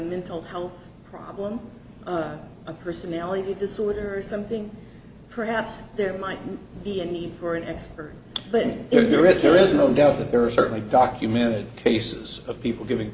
mental health problem or a personality disorder or something perhaps there might be a need for an expert but in the river here is no doubt that there are certainly documented cases of people giving